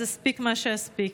אז אספיק מה שאספיק.